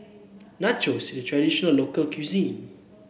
nachos is traditional local cuisine